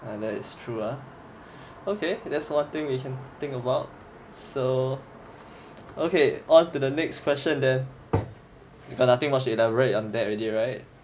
that is true ah okay that's one thing we can think about so okay on to the next question then you got nothing much elaborate on that already right